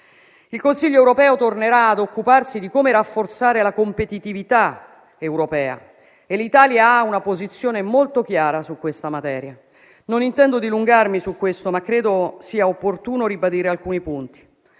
Il Consiglio europeo tornerà ad occuparsi di come rafforzare la competitività europea e l'Italia ha una posizione molto chiara su questa materia. Non intendo dilungarmi sul punto, ma credo sia opportuno ribadire alcuni punti.